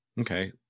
okay